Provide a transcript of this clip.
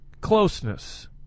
closeness